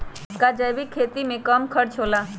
का जैविक खेती में कम खर्च होला?